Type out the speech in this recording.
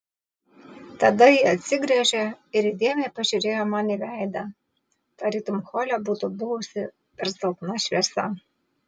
tada ji atsigręžė ir įdėmiai pažiūrėjo man į veidą tarytum hole būtų buvusi per silpna šviesa